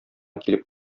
килеп